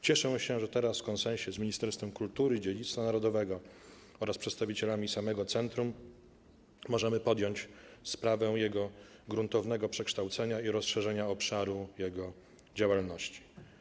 Cieszę się, że teraz w konsensie z Ministerstwem Kultury i Dziedzictwa Narodowego oraz przedstawicielami samego centrum możemy podjąć sprawę jego gruntownego przekształcenia i rozszerzenia obszaru jego działalności.